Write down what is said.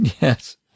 Yes